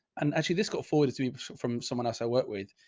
and actually this got forwarded to me from someone else i worked with,